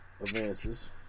advances